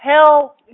hell